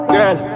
Girl